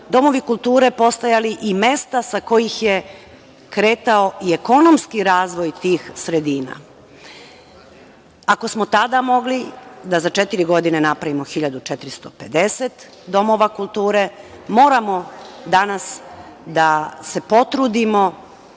domovi kulture postojali i mesta sa kojih je kretao i ekonomski razvoj tih sredina. Ako smo tada mogli da za četiri godine napravimo 1450 domova kulture, moramo danas da se potrudimo